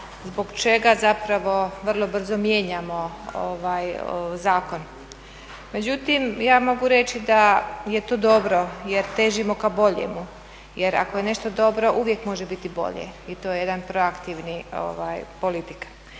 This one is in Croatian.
zbog čega zapravo vrlo brzo mijenjamo ovaj zakon. Međutim, ja mogu reći da je to dobro jer težimo ka bolje. Jer ako je nešto dobro uvijek može biti bolje. I to je jedna proaktivna politika.